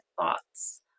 thoughts